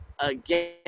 again